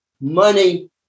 money